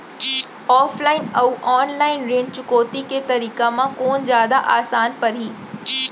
Offline अऊ online ऋण चुकौती के तरीका म कोन जादा आसान परही?